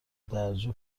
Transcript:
درجا